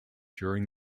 during